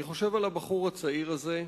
הבחור הצעיר הזה,